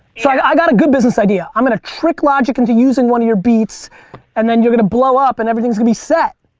so, i've got a good business idea. i'm going to trick logic into using one of your beats and then you're gonna blow up and everything's gonna be set.